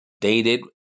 dated